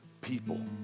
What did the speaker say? people